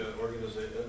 organization